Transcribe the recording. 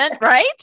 right